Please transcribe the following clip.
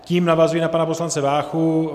Tím navazuji na poslance Váchu.